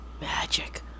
magic